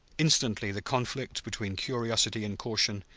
instantly the conflict between curiosity and caution,